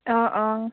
অঁ অঁ